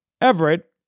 Everett